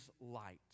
light